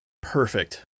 perfect